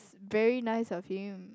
very nice of him